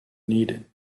needed